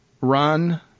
run